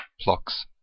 plucks